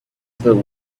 filled